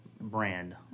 brand